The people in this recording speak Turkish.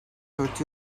dört